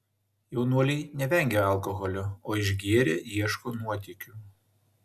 jaunuoliai nevengia alkoholio o išgėrę ieško nuotykių